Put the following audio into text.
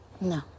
No